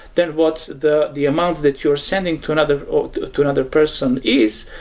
then what the the amount that you're sending to another to another person is,